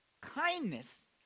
kindness